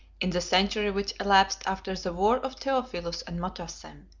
in the century which elapsed after the war of theophilus and motassem,